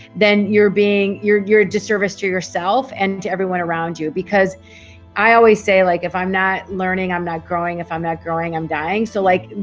then you're being. you're you're disservice to yourself and everyone around you. because i always say like, if i'm not learning, i'm not growing, if i'm not growing, i'm dying. so like,